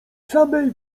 samej